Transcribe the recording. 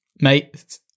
mate